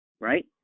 Right